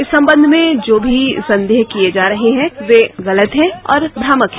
इस संबंध में जो भी संदेह किये जा रहे वे गलत हैं और भ्रामक हैं